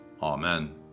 Amen